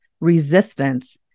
resistance